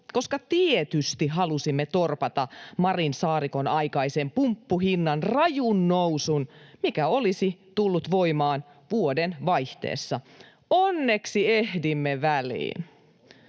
koska tietysti halusimme torpata Marinin—Saarikon-aikaisen pumppuhinnan rajun nousun, mikä olisi tullut voimaan vuodenvaihteessa. Onneksi ehdimme väliin.